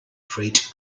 freight